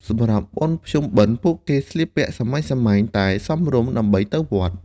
សម្រាប់បុណ្យភ្ជុំបិណ្ឌ ពួកគេស្លៀកពាក់សាមញ្ញៗតែសមរម្យដើម្បីទៅវត្ត។